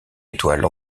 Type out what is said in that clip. étoiles